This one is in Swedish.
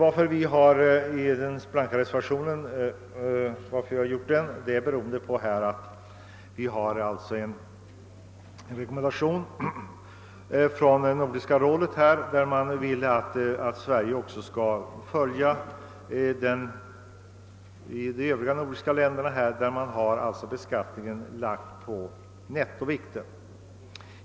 | Att vi har avgivit den blanka reservationen beror på att Nordiska rådet har avgivit en rekommendation, att Sverige liksom de övriga nordiska länderna skall beräkna skatten på. nettovikten.